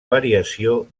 variació